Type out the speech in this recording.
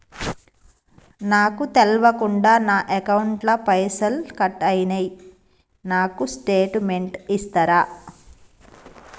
నాకు తెల్వకుండా నా అకౌంట్ ల పైసల్ కట్ అయినై నాకు స్టేటుమెంట్ ఇస్తరా?